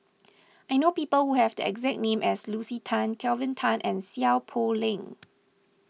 I know people who have the exact name as Lucy Tan Kelvin Tan and Seow Poh Leng